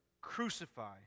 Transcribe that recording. crucify